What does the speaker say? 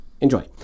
Enjoy